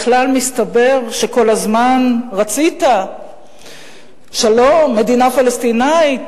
בכלל, מסתבר שכל הזמן רצית שלום, מדינה פלסטינית.